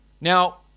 Now